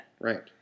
Right